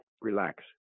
relax